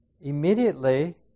immediately